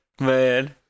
Man